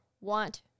want